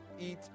eat